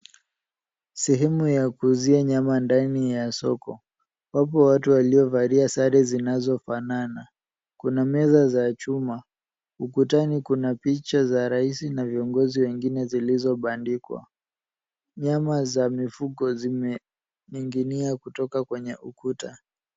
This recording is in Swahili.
Sehemu ya kuuzia nyama ndani ya soko. Wako watu waliovalia sare zinazofanana. Kuna meza za chuma. Ukutani kuna picha za Rais na viongozi wengine zilizobandikwa. Nyama za mifugo zimening'inia kutoka kwenye ukuta.